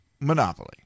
Monopoly